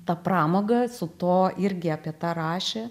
tą pramogą su tuo irgi apie tą rašė